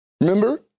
Remember